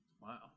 Wow